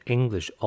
English